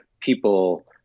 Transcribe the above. people